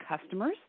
customers